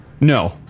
no